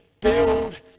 Build